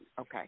okay